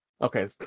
Okay